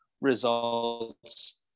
results